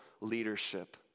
leadership